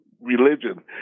religion